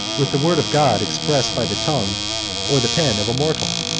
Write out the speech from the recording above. with the word of god expressed by the tongue or the pen of a mortal!